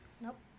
Nope